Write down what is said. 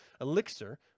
elixir